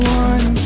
one